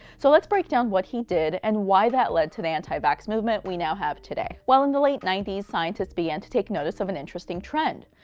so, let's break down what he did and why that led to the anti-vax movement we now have today. well, in the late ninety s, scientists began to take notice of an interesting trend.